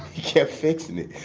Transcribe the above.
he kept fixing it.